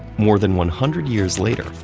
more than one hundred years later,